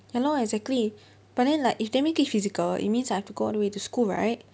ya lor exactly but then like if they make it physical it means I have to go all the way to school right